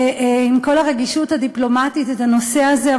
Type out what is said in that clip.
עם כל הרגישות הדיפלומטית, את הנושא הזה.